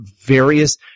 various –